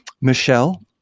Michelle